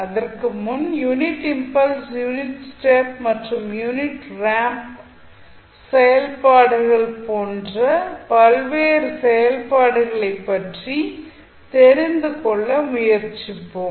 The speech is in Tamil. அதற்கு முன் யூனிட் இம்பல்ஸ் யூனிட் ஸ்டெப் மற்றும் unit ramp unit impulse unit step and unit ramp செயல்பாடுகள் போன்ற பல்வேறு செயல்பாடுகளை பற்றி தெரிந்து கொள்ள முயற்சிப்போம்